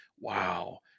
wow